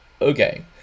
okay